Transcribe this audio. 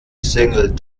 single